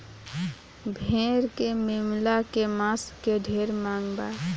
भेड़ के मेमना के मांस के ढेरे मांग बा